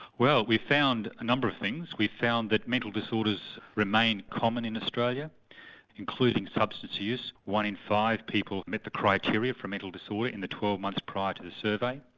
well we found a number of things. we found that mental disorders remain common in australia including substance use one in five people met the criteria for mental disorder in the twelve months prior to the survey.